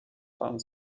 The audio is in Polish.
pan